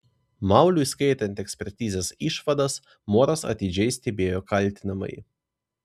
mauliui skaitant ekspertizės išvadas moras atidžiai stebėjo kaltinamąjį